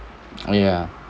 oh ya